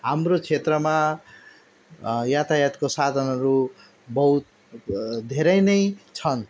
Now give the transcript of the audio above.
हाम्रो क्षेत्रमा यातायातको साधनहरू बहुत धेरै नै छन्